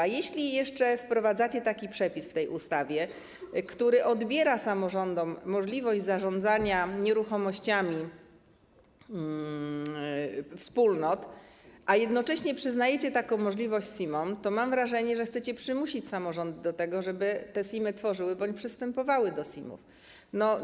A jeśli jeszcze wprowadzacie taki przepis w ustawie, który odbiera samorządom możliwość zarządzania nieruchomościami wspólnot, a jednocześnie przyznajecie taką możliwość SIM-om, to mam wrażenie, że chcecie przymusić samorządy do tego, żeby te SIM-y tworzyły bądź przystępowały do nich.